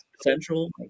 central